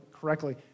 correctly